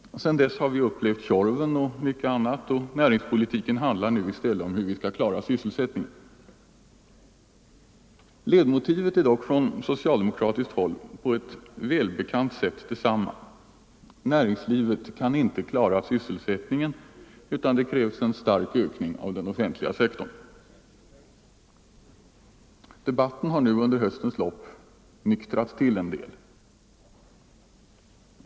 Sedan dess har vi upplevt Tjorven och mycket annat. Näringspolitiken handlar nu i stället om hur vi skall klara sysselsättningen. Ledmotivet är dock från socialdemokratiskt håll på ett välbekant sätt detsamma: näringslivet kan inte klara sysselsättningen, utan det krävs en stark ökning av den offentliga sektorn. Debatten har nu under höstens lopp nyktrat till en del.